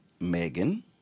Megan